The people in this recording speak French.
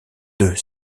deux